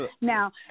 Now